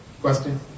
Question